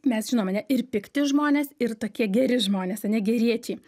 mes žinom ane ir pikti žmonės ir tokie geri žmonės ane geriečiai